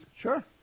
Sure